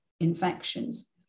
infections